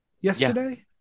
yesterday